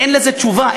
אין לזה תשובה.